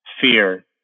fear